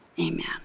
Amen